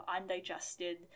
undigested